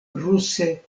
ruse